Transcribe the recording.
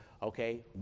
Okay